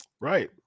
Right